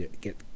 get